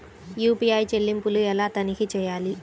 UPI చెల్లింపులు ఎలా తనిఖీ చేయాలి?